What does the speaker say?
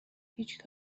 هیچ